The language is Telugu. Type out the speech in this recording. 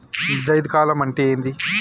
జైద్ కాలం అంటే ఏంది?